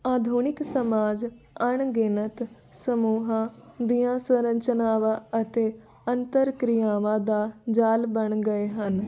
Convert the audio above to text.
ਆਧੁਨਿਕ ਸਮਾਜ ਅਣਗਿਣਤ ਸਮੂਹਾਂ ਦੀਆਂ ਸਰੰਚਨਾਵਾਂ ਅਤੇ ਅੰਤਰ ਕਿਰਿਆਵਾਂ ਦਾ ਜਾਲ ਬਣ ਗਏ ਹਨ